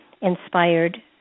inspired